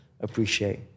appreciate